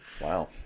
Wow